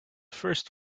first